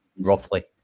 roughly